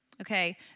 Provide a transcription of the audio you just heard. okay